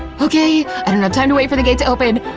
okay, i don't have time to wait for the gate to open,